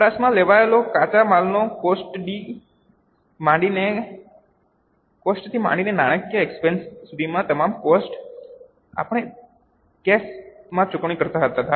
વપરાશમાં લેવાયેલા કાચા માલના કોસ્ટ થી માંડીને નાણાંકીય એક્સપેન્સ સુધીના તમામ કોસ્ટ આપણે કેશ માં ચૂકવણી કરતા હતા